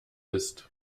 ist